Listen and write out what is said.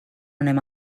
anem